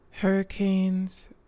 Hurricanes